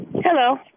Hello